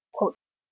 quote